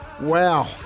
wow